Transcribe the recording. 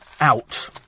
out